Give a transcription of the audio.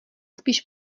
spíš